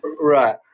Right